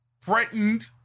threatened